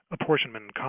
apportionment